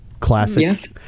classic